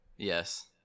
yes